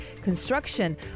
construction